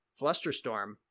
Flusterstorm